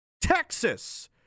Texas